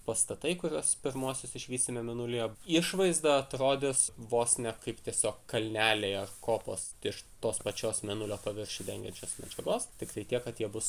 pastatai kuriuos pirmuosius išvysime mėnulyje išvaizda atrodys vos ne kaip tiesiog kalneliai ar kopos iš tos pačios mėnulio paviršių dengiančios medžiagos tiktai tiek kad jie bus